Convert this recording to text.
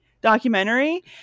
documentary